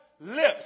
Lips